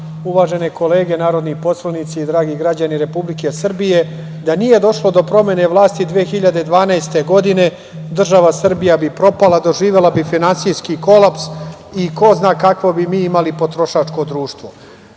uvažene kolege narodni poslanici i dragi građani Republike Srbije, da nije došlo do promene vlasti 2012. godine država Srbija bi propala, doživela bi finansijski kolaps i ko zna kako bi mi imali potrošačko društvo. Prvi